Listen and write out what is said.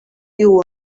you